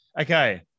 okay